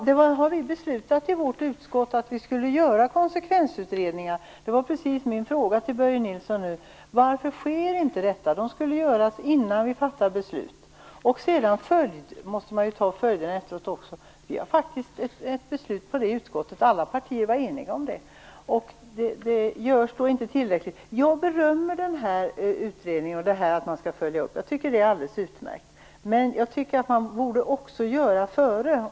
Fru talman! I vårt utskott har vi beslutat att vi skulle göra konsekvensutredningar. Det var just den fråga jag hade till Börje Nilsson. Varför sker inte detta? De skulle göras innan vi fattar beslut. Man måste ju också ta följderna av dem. Vi har faktiskt beslutat det. Alla partier var eniga om det. Jag berömmer utredningen och att man skall följa upp resultatet. Men jag tycker att man skall göra den före.